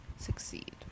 succeed